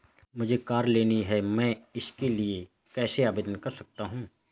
मुझे कार लेनी है मैं इसके लिए कैसे आवेदन कर सकता हूँ?